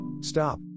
stop